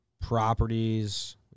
properties